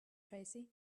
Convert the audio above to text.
tracy